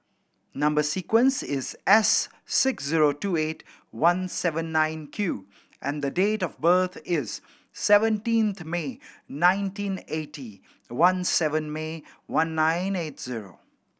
number sequence is S six zero two eight one seven nine Q and the date of birth is seventeenth May nineteen eighty one seven May one nine eight zero